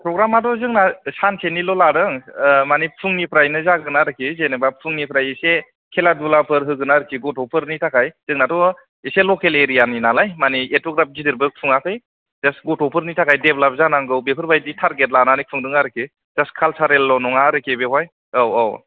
प्रग्रामाथ' जोंना सानसेनिल' लादों ओ माने फुंनिफ्रायनो जागोन आरोखि जेनेबा फुंनिफ्राय एसे खेला दुलाफोर होगोन आरोखि गथ'फोरनि थाखाय जोंनाथ' एसे लकेल एरियानि नालाय माने एथ'ग्राब गिदिरबो खुङाखै जास्ट गथ'फोरनि थाखाय देबेलप्द जानांगौ बेफोरबायदि टारगेट लानानै खुंदों आरोखि जास्ट कालचारेलल' नङा आरोखि बेयावहाय औ औ